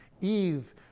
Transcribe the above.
Eve